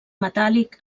metàl·lic